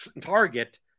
Target